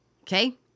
Okay